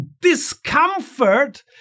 discomfort